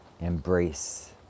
embrace